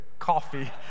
coffee